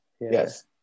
Yes